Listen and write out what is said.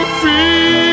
feel